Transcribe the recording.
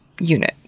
unit